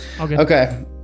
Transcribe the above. Okay